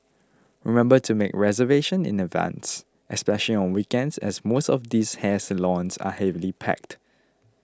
remember to make reservation in advance especially on weekends as most of these hair salons are heavily packed